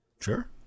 Sure